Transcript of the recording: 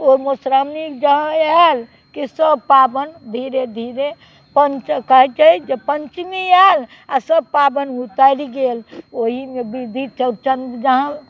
ओ मधुश्राओणी जहाँ आएल की सब पाबन धीरे धीरे पञ्च कहै छै पञ्चमी आएल आ सब पाबन उसरि गेल ओहिमे विधि चौरचन जहाँ